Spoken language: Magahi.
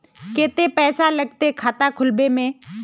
केते पैसा लगते खाता खुलबे में?